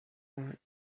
want